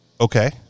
Okay